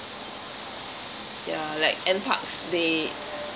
ya like N_Parks they